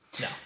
No